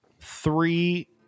three